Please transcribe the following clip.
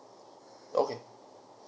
okay